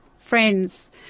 friends